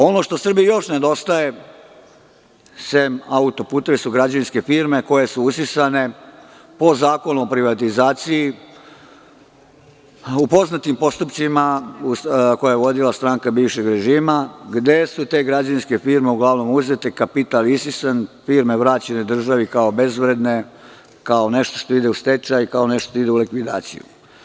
Ono što Srbiji još nedostaje, sem autoputeva, su građevinske firme koje su usisane po Zakonu o privatizaciji, a u poznatim postupcima koje je vodila stranka bivšeg režima, gde su te građevinske firme uglavnom uzete, kapital isisan, firme vraćene državi kao bezvredne, kao nešto što ide u stečaj, kao nešto što ide u likvidaciju.